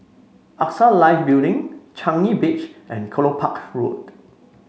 AXA Life Building Changi Beach and Kelopak Road